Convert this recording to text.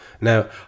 Now